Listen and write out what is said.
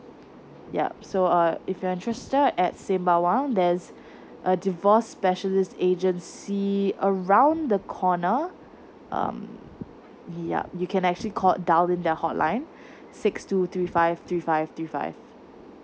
yup so uh if you are interested at sembawang there's a divorce specialist agency around the corner um yup you can actually called down with their hotline six two three five three five three five